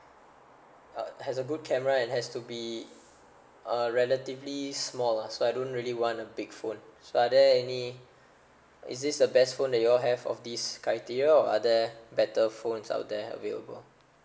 uh has a good camera and has to be uh relatively small lah so I don't really want a big phone so are there any is this the best phone that you all have of these criteria or are there better phones out there available